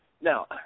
Now